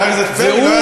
חבר הכנסת פרי,